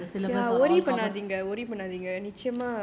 I don't know whether the syllabus are all covered